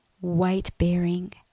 weight-bearing